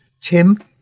Tim